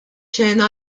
xena